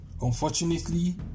unfortunately